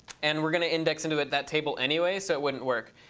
and we're going to index into it that table anyway so it wouldn't work.